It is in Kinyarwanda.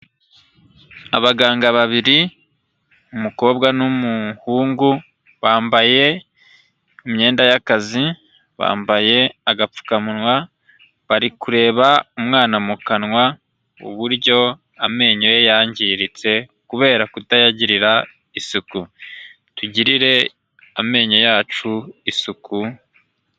Abaganga babiri; umukobwa n'umuhungu, bambaye imyenda y'akazi, bambaye agapfukamunwa, bari kureba umwana mu kanwa, uburyo amenyo ye yangiritse kubera kutayagirira isuku. Tugirire amenyo yacu isuku.